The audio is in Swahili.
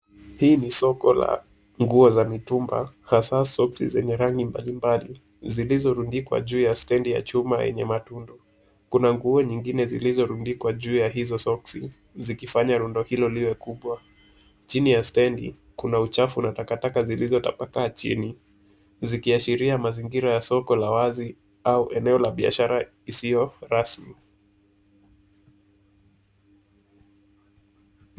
Hii ni soko la nguo za mitumba hasa soksi zenye rangi mbalimbali zilizorundikwa juu ya stendi ya chuma yenye matundu. Kuna nguo nyingine zilizorundikwa juu ya hizo soksi zikifanya rundo hilo liwe kubwa. Chini ya stendi kuna uchafu na takataka zilizotapakaa chini zikiashiria mazingira ya soko la wazi au eneo la biashara isiyo rasmi.